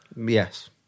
Yes